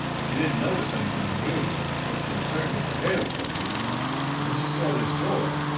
she didn't notice anything unusual until she returned with her pail filled then she saw this door,